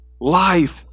life